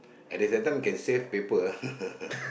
at this at times can save paper ah